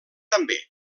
també